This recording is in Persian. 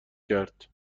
کرد